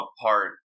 apart